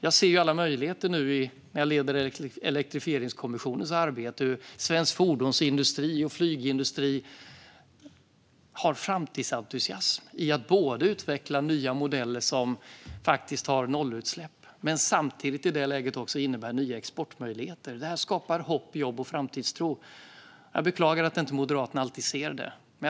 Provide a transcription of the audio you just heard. Jag leder Elektrifieringskommissionens arbete och märker hur svensk fordonsindustri och flygindustri känner framtidsentusiasm i att utveckla nya modeller med nollutsläpp och samtidigt ser nya exportmöjligheter. Detta skapar hopp, jobb och framtidstro. Jag beklagar att Moderaterna inte alltid ser detta.